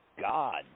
God